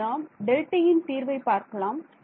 இப்போது நாம் Δtயின் தீர்வைப் பார்க்கலாம்